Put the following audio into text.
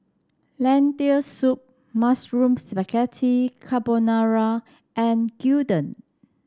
Lentil Soup Mushroom Spaghetti Carbonara and Gyudon